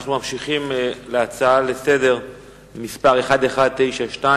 אנחנו ממשיכים בהצעה לסדר מס' 1192,